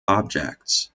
objects